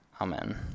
Amen